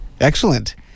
Excellent